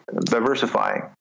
diversifying